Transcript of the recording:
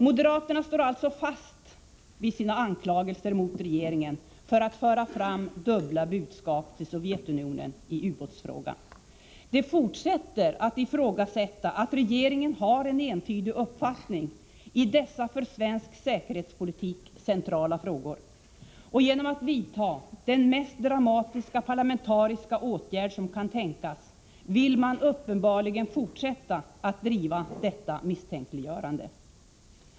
Moderaterna står alltså fast vid sina anklagelser mot regeringen för att föra fram dubbla budskap till Sovjetunionen i ubåtsfrågan. De fortsätter att ifrågasätta att regeringen har en entydig uppfattning i dessa för svensk säkerhetspolitik centrala frågor. Och genom att vidta den mest dramatiska parlamentariska åtgärd som kan tänkas vill man uppenbarligen fortsätta att driva detta misstänkliggörande.